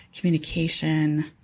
communication